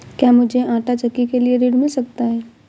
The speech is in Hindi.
क्या मूझे आंटा चक्की के लिए ऋण मिल सकता है?